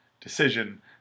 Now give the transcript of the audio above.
decision